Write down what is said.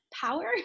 power